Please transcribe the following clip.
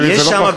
זה לא כל כך קשור,